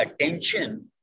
attention